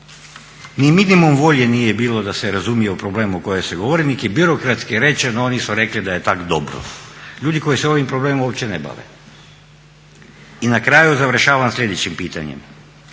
Ni minimum volje nije bilo da se razumije o problemu koje se govori, nego je birokratski rečeno oni su rekli da je tak dobro. Ljudi koji se ovim problemom uopće ne bave. I na kraju završavam sljedećim pitanjem.